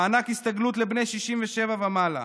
מענק הסתגלות לבני 67 ומעלה.